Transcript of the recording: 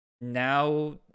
now